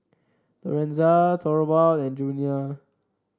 Lorenza Thorwald and Junior